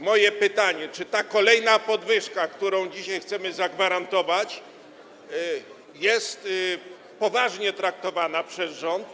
Moje pytanie: Czy ta kolejna podwyżka, którą dzisiaj chcemy zagwarantować, jest poważnie traktowana przez rząd?